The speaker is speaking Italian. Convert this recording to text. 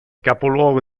capoluogo